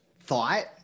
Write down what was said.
thought